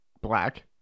black